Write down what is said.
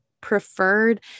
preferred